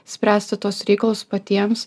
spręsti tuos reikalus patiems